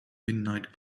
midnight